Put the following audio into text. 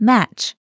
Match